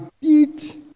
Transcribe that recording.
beat